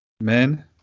men